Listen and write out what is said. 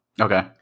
Okay